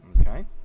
Okay